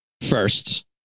first